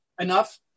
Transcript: Enough